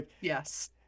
yes